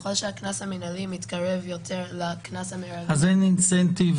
ככל שהקנס המנהלי מתקרב יותר לקנס --- אז אין הגברה,